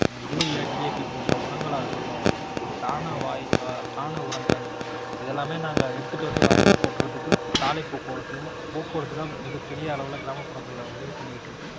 urea DAP போன்ற உரங்களாக இருக்கட்டும் சாணவாய் சாண உரங்கள் இதெல்லாமே நாங்கள் எடுத்துட்டு வந்து வயலில் கொட்டுறதுக்கு சாலை போக்குவரத்தும் போக்குவரத்து தான் மிகப்பெரிய அளவில் கிராமப்புறங்களில் உதவி பண்ணிக்கிட்டுருக்கு